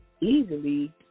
easily